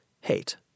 hate